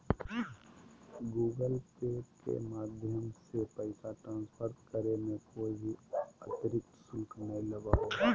Google Pay के माध्यम से पैसा ट्रांसफर करे मे कोय भी अतरिक्त शुल्क नय लगो हय